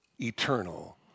eternal